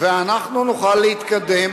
ואנחנו נוכל להתקדם